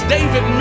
David